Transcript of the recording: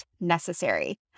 necessary